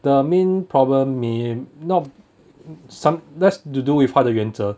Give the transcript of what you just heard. the main problem may not some less to do with 他的原则